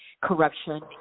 corruption